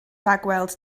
rhagweld